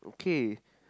K